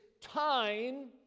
time